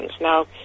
Now